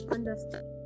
Understand